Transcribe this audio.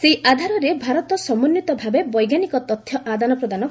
ସେହି ଆଧାରରେ ଭାରତ ସମନ୍ଦିତ ଭାବେ ବୈଜ୍ଞାନିକ ତଥ୍ୟ ଆଦାନ ପ୍ରଦାନ କରିବ